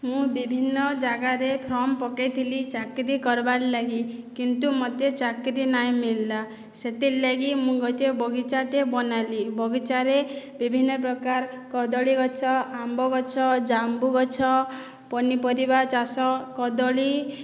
ମୁଁ ବିଭିନ୍ନ ଜାଗାରେ ଫର୍ମ୍ ପକେଇ ଥିଲି ଚାକିରି କର୍ବାର୍ଲାଗି କିନ୍ତୁ ମୋତେ ଚାକିରୀ ନାଇଁ ମିଳିଲା ସେଥିର୍ଲାଗି ମୁଇଁ ଗୋଟିଏ ବଗିଚାଟିଏ ବନାଲି ବଗିଚାରେ ବିଭିନ୍ନପ୍ରକାର କଦଳୀ ଗଛ ଆମ୍ବ ଗଛ ଜାମ୍ବୁ ଗଛ ପନିପରିବା ଚାଷ କଦଳୀ